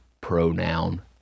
pronoun